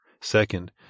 Second